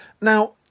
Now